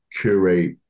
curate